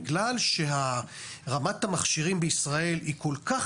בגלל שרמת המכשירים בישראל היא כל כך